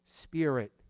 spirit